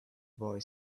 boy